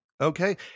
Okay